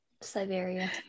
Siberia